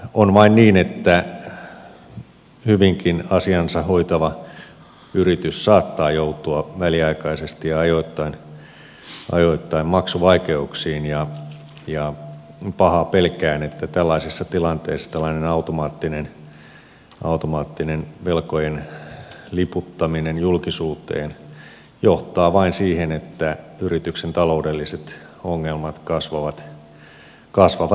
on vain niin että hyvinkin asiansa hoitava yritys saattaa joutua väliaikaisesti ja ajoittain maksuvaikeuksiin ja pahaa pelkään että tällaisessa tilanteessa tällainen automaattinen velkojen liputtaminen julkisuuteen johtaa vain siihen että yrityksen taloudelliset ongelmat kasvavat entisestään